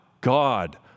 God